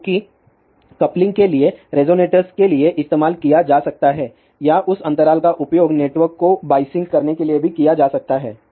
तो कि कपलिंग के लिए रेसोनेटर्स के लिए इस्तेमाल किया जा सकता है या उस अंतराल का उपयोग नेटवर्क को बाइसिंग करने के लिए भी किया जा सकता है